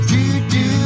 Do-do